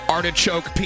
Artichoke